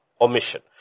omission